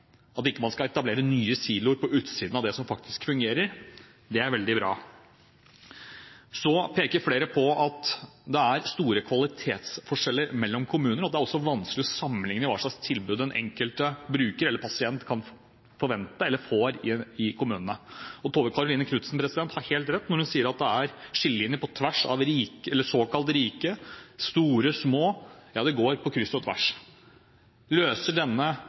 man skal ikke etablere nye siloer på utsiden av det som faktisk fungerer. Det er veldig bra. Flere peker på at det er store kvalitetsforskjeller mellom kommuner, og at det er vanskelig å sammenlikne hva slags tilbud den enkelte bruker eller pasient kan forvente eller får i en kommune. Tove Karoline Knutsen har helt rett når hun sier at det er skillelinjer på tvers av såkalt rike, store og små. Ja, det går på kryss og tvers. Løser denne